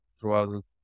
throughout